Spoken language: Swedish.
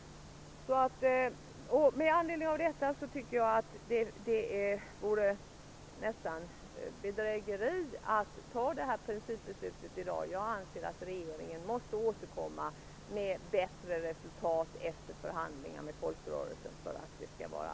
Med anledning av detta vore det nästan bedrägeri att fatta detta principbeslut i dag. Jag anser att regeringen måste återkomma med ett anständigt och bättre resultat efter förhandlingar med folkrörelserna.